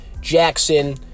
Jackson